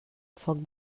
foc